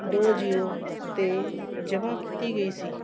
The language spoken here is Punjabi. ਦੋ ਜੀਰੋ 'ਤੇ ਜਮ੍ਹਾਂ ਕੀਤੀ ਗਈ ਸੀ